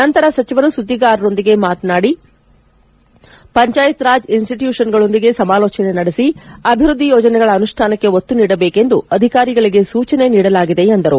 ನಂತರ ಸಚಿವರು ಸುಧ್ವಿಗಾರರೊಂದಿಗೆ ಮಾತನಾಡಿ ಜಿತೇಂದ್ರ ಸಿಂಗ್ ಪಂಚಾಯತ್ ರಾಜ್ ಇನ್ಸ್ಟ್ಯೂಷನ್ಗಳೊಂದಿಗೆ ಸಮಾಲೋಚನೆ ನಡೆಸಿ ಅಭಿವೃದ್ದಿ ಯೋಜನೆಗಳ ಅನುಷ್ಠಾನಕ್ಕೆ ಒತ್ತು ನೀಡಬೇಕು ಎಂದು ಅಧಿಕಾರಿಗಳಿಗೆ ಸೂಚನೆ ನೀಡಲಾಗಿದೆ ಎಂದರು